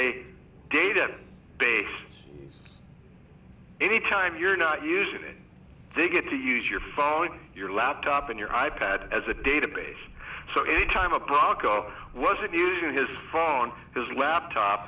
a data base any time you're not using it they get to use your phone your laptop and your i pad as a data base so any time a buck up wasn't using his phone on his laptop